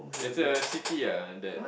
it's a city ah that